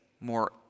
more